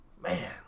Man